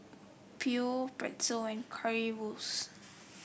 Pho Pretzel and Currywurst